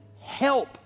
help